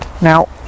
Now